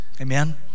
amen